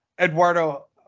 Eduardo